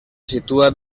situa